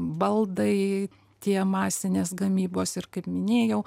baldai tie masinės gamybos ir kaip minėjau